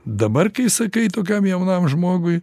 dabar kai sakai tokiam jaunam žmogui